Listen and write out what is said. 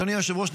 אדוני היושב-ראש,